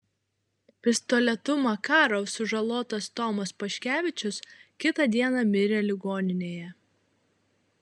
pistoletu makarov sužalotas tomas paškevičius kitą dieną mirė ligoninėje